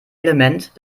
element